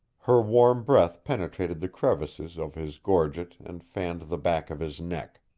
her warm breath penetrated the crevices of his gorget and fanned the back of his neck.